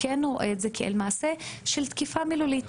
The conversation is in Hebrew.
כן רואה את זה כמעשה של תקיפה מילולית,